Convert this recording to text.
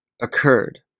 occurred